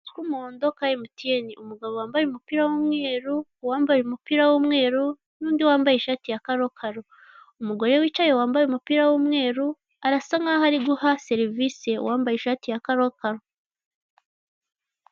K'umuhondo ka MTN umugabo wambaye umupira w'umweru, uwambaye umupira w'umweru n'undi wambaye ishati ya karokaro. Umugore wicaye wambaye umupira w'umweru arasa nk'aho ari guha serivise uwambaye ishati ya karokaro